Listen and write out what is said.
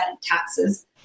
taxes